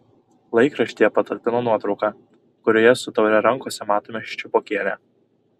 laikraštyje patalpino nuotrauką kurioje su taure rankose matome ščiupokienę